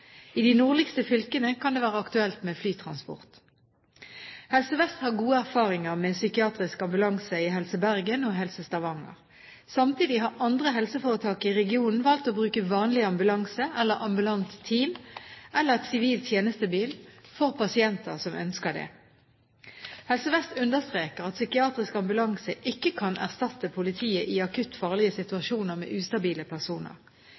I de nordligste fylkene kan det være aktuelt med flytransport. Helse Vest har gode erfaringer med psykiatrisk ambulanse i Helse Bergen og Helse Stavanger. Samtidig har andre helseforetak i regionen valgt å bruke vanlig ambulanse eller ambulante team eller en sivil tjenestebil for pasienter som ønsker det. Helse Vest understreker at psykiatrisk ambulanse ikke kan erstatte politi i akutt farlige situasjoner med ustabile personer.